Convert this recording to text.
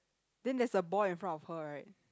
then there's a boy in front of her right